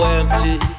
empty